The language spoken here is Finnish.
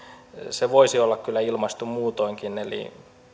se voisi olla kyllä ilmaistu muutoinkin eli